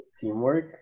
teamwork